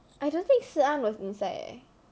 I don't think si an was inside eh